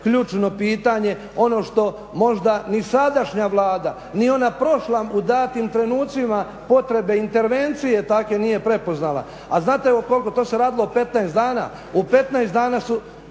ključno pitanje, ono što možda ni sadašnja Vlada, ni ona prošla u datim trenucima potrebe intervencije takve nije prepoznala, a znate u kolko? To se radilo 15 dana.